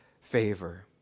favor